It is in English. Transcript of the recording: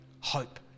hope